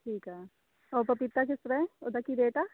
ਠੀਕ ਆ ਉਹ ਪਪੀਤਾ ਕਿਸ ਤਰ੍ਹਾਂ ਹੈ ਉਹਦਾ ਕੀ ਰੇਟ ਆ